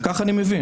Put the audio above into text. כך אני מבין.